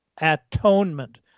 atonement